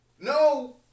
no